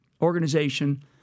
organization